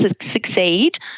succeed